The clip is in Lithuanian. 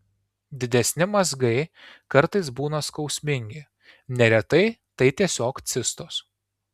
didesni mazgai kartais būna skausmingi neretai tai tiesiog cistos